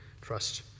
trust